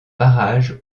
barrage